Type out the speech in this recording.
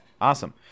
awesome